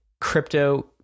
crypto